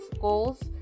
goals